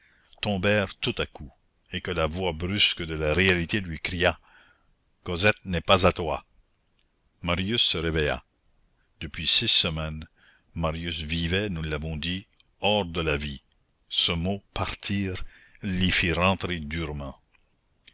tombèrent tout à coup et que la voix brusque de la réalité lui cria cosette n'est pas à toi marius se réveilla depuis six semaines marius vivait nous l'avons dit hors de la vie ce mot partir l'y fit rentrer durement